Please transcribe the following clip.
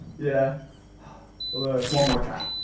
yeah although one more try!